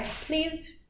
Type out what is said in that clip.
Please